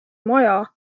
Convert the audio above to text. maja